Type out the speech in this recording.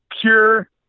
pure